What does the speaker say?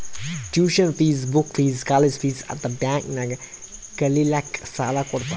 tuition fees, book fees, college fees ಅಂತ್ bank ನಾಗ್ ಕಲಿಲ್ಲಾಕ್ಕ್ ಸಾಲಾ ಕೊಡ್ತಾರ್